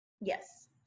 Yes